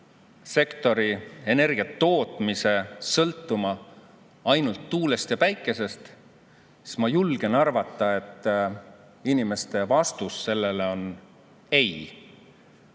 energiasektori, energia tootmise sõltuma ainult tuulest ja päikesest, siis ma julgen arvata, et inimeste vastus sellele on ei.